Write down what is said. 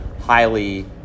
highly –